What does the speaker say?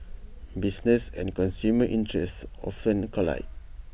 business and consumer interests often collide